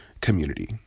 community